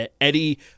Eddie